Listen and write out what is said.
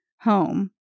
home